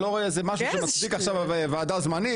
אני לא רואה אי זה משהו שמצדיק עכשיו ועדה זמנית.